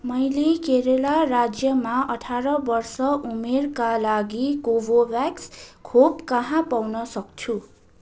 मैले केरला राज्यमा अठार वर्ष उमेरका लागि कोभोभ्याक्स खोप कहाँ पाउन सक्छु